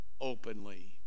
openly